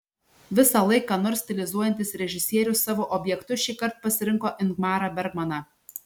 visąlaik ką nors stilizuojantis režisierius savo objektu šįkart pasirinko ingmarą bergmaną